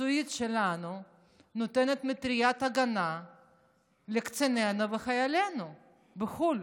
מקצועית שלנו נותנת מטריית הגנה לקצינינו ולחיילינו בחו"ל,